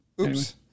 Oops